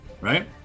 right